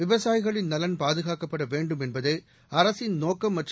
விவசாயிகளின் நலன் பாதுகாக்கப்பட வேண்டும் என்பதே அரசின் நோக்கம் மற்றும்